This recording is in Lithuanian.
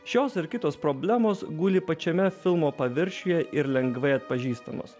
šios ir kitos problemos guli pačiame filmo paviršiuje ir lengvai atpažįstamos